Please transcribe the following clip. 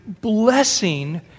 blessing